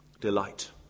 delight